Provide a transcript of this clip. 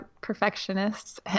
perfectionists